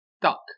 Duck